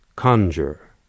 Conjure